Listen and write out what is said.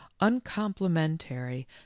uncomplimentary